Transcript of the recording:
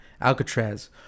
Alcatraz